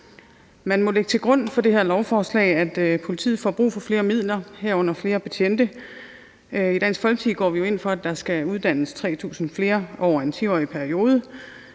Man må lægge til grund for det her lovforslag, at politiet får brug for flere midler, herunder flere betjente. I Dansk Folkeparti går vi jo ind for, at der skal uddannes 3.000 flere over en 10-årig periode.